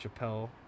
Chappelle